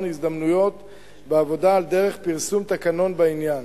ההזדמנויות בעבודה על דרך פרסום תקנון בעניין.